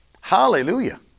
Hallelujah